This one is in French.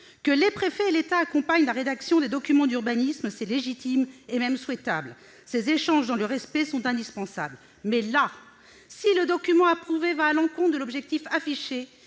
Que les préfets et l'État accompagnent la rédaction des documents d'urbanisme, c'est légitime, et même souhaitable. Ces échanges dans le respect sont indispensables. Mais, en l'occurrence, si le document approuvé va à l'encontre « de l'objectif affiché